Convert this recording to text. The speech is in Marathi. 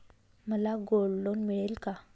मला गोल्ड लोन मिळेल का?